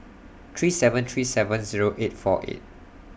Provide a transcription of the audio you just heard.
three seven three seven Zero eight four eight